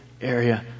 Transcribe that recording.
area